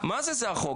מה זה זה החוק?